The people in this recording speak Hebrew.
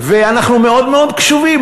ואנחנו מאוד מאוד קשובים,